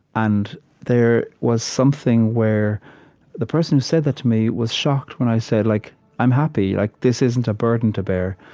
and there was something where the person who said that to me was shocked when i said, like i'm happy. like this isn't a burden to bear.